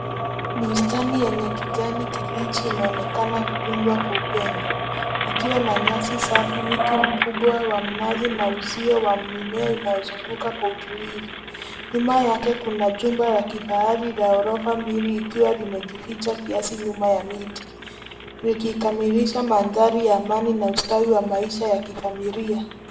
Bustani yenye kijani kibichi inaonekana kutunzwa kwa upendo. Ikiwa na nyasi safi, mti mkubwa wa mnazi na uzio wa mimea inayozunguka kwa utulivu. Nyuma yake kuna jumba la kifahari la ghorofa mbili likiwa limejificha kiasi nyuma ya miti likikamilisha mandhari ya amani na ustawi na maisha ya kifamilia.